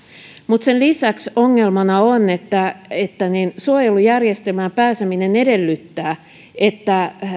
mutta sen lisäksi ongelmana on että että suojelujärjestelmään pääseminen edellyttää että